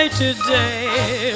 Today